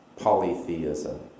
polytheism